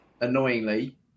annoyingly